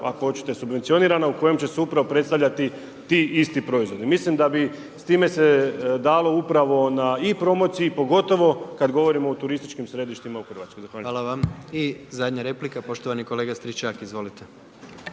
ako hoćete subvencionirana, u kojem će se upravo predstavljati ti isti proizvodi. Mislim da s time bi se dalo upravo na i promociji i pogotovo kad govorimo o turističkim središtima u Hrvatskoj. Zahvaljujem. **Jandroković, Gordan (HDZ)** Hvala vam. I zadnja replika poštovani kolega Stričak, izvolite.